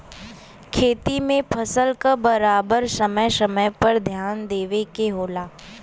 खेती में फसल क बराबर समय समय पर ध्यान देवे के होला